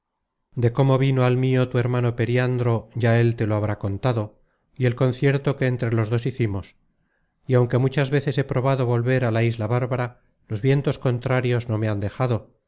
de cómo vino al mio tu hermano periandro ya él te lo habrá contado y el concierto que entre los dos hicimos y aunque muchas veces he probado volver a la isla bárbara los vientos contrarios no me han dejado